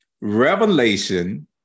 revelation